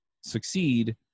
succeed